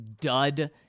dud